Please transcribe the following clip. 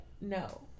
no